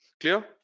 Clear